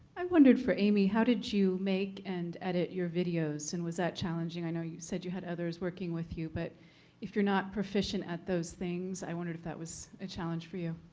i wonder, for aimie, how did you make and edit your videos? and was that challenging? i know you said you had others working with you, but if you're not proficient at those things, i wonder if that was a challenge for you.